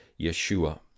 Yeshua